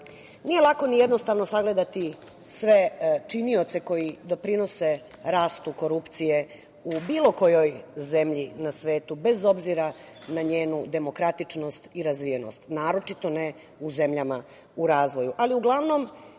dela. Nije lako ni jednostavno sagledati sve činioce koji doprinose rastu korupcije u bilo kojoj zemlji na svetu, bez obzira na njenu demokratičnost i razvijenost, naročito ne u zemljama u razvoju.